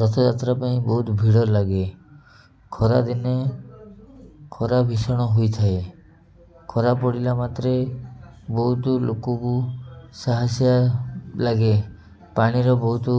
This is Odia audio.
ରଥଯାତ୍ରା ପାଇଁ ବହୁତ ଭିଡ଼ ଲାଗେ ଖରାଦିନେ ଖରା ଭୀଷଣ ହୋଇଥାଏ ଖରା ପଡ଼ିଲା ମାତ୍ରେ ବହୁତ ଲୋକକୁ ସାହସ୍ୟା ଲାଗେ ପାଣିର ବହୁତ